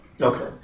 Okay